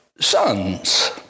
sons